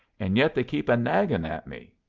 and yet they keep a-nagging at me.